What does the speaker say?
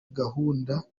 gahunda